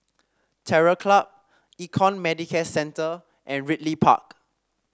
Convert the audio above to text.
Terror Club Econ Medicare Centre and Ridley Park